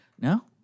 No